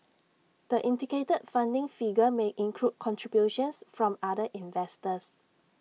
the indicated funding figure may include contributions from other investors